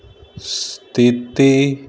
ਸਥਿਤੀ